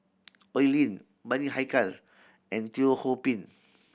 Oi Lin Bani Haykal and Teo Ho Pin